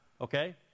okay